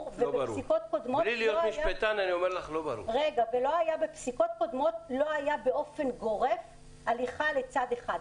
ובפסיקות קודמות לא היתה באופן גורף הליכה לצד אחד.